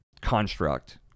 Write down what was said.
construct